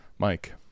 Mike